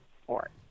support